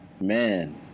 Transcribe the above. man